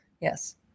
yes